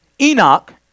Enoch